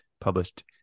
published